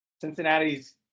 Cincinnati's